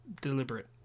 deliberate